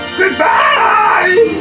goodbye